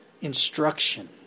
instruction